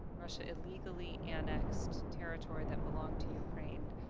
russia illegally annexed territory that belonged to ukraine.